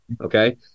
Okay